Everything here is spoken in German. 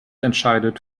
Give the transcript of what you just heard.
entscheidet